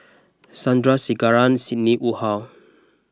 Sandrasegaran Sidney Woodhull